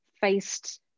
faced